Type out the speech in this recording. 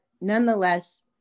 nonetheless